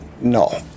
no